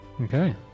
Okay